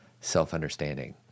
self-understanding